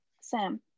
Sam